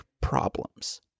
problems